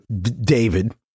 David